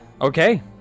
Okay